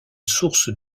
source